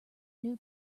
new